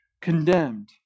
condemned